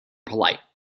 polite